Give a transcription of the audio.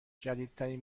جدیدترین